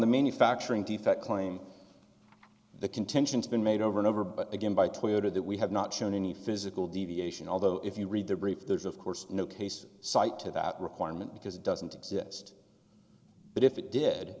the manufacturing defect claim the contentions been made over and over but again by twitter that we have not shown any physical deviation although if you read the brief there's of course no case cite to that requirement because it doesn't exist but if it did